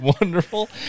wonderful